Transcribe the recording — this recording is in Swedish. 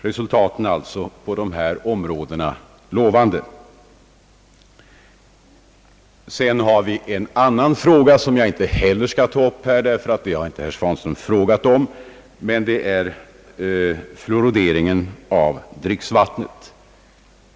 Resultaten är alltså på dessa områden lovande. Ett annat spörsmål som jag inte heller skall ta upp i detta sammanhang eftersom herr Svanström inte tog upp det i sin fråga, är fluorideringen av dricksvattnet.